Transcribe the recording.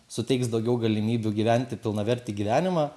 suteiks daugiau galimybių gyventi pilnavertį gyvenimą